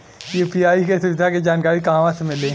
UPI के सुविधा के जानकारी कहवा से मिली?